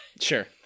Sure